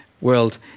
world